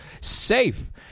safe